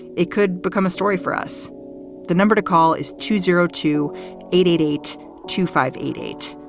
it could become a story for us the number to call is two zero two eight eight eight two five eight eight.